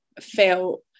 felt